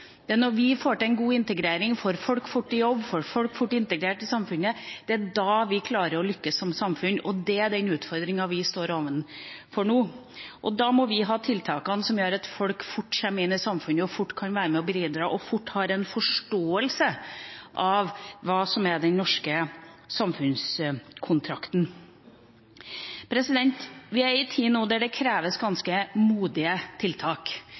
Det er når vi får til en god integrering – får folk fort i jobb, får folk fort integrert i samfunnet – at vi klarer å lykkes som samfunn, og det er den utfordringa vi står overfor nå. Da må vi ha tiltakene som gjør at folk fort kommer inn i samfunnet, fort kan være med og bidra og fort får en forståelse av hva som er den norske samfunnskontrakten. Vi er i en tid nå der det kreves ganske modige tiltak.